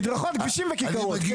מדרכות, כבישים וכיכרות, כן.